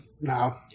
no